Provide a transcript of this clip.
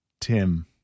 Tim